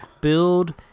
build